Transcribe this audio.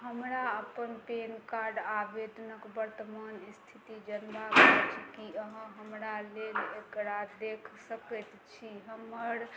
हमरा अपन PAN card आवेदनके वर्तमान इस्थिति जानबाके अछि कि अहाँ हमरा लेल एकरा देखि सकै छी हमर